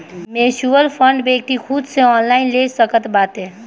mutual fund व्यक्ति खुद से ऑनलाइन ले सकत बाटे